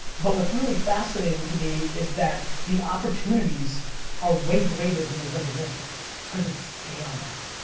but what's really fascinating to me is that the opportunities are way greater than they've ever been cause it's scale now.